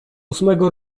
ósmego